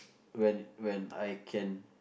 when when when I can